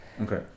Okay